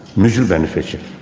mutually beneficial.